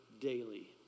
daily